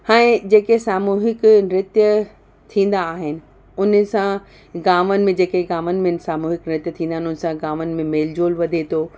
हाणे जेके सामूहिक नृत्य थींदा आहिनि उन सां गांवनि में जेके गांवनि में सामूहिक नृत्य थींदा आहिनि उन सां गांवनि में मेल झोल वधे थो